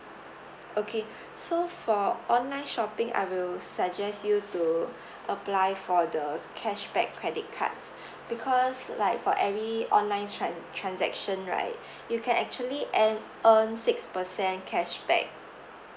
okay so for online shopping I will suggest you to apply for the cashback credit cards because like for every online trans~ transaction right you can actually earn earn six percent cashback